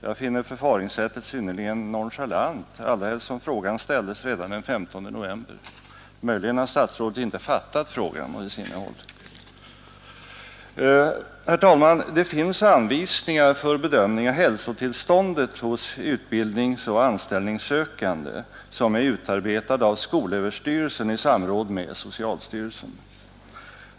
Jag finner förfaringssättet synnerligen nonchalant, allra helst som frågan ställdes redan den 15 november. Möjligen har statsrådet inte fattat frågans innehåll. Herr talman! Det finns anvisningar för bedömning av hälsotillståndet hos utbildningsoch anställningssökande, som är utarbetade av skolöverstyrelsen i samråd med socialstyrelsen.